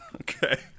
Okay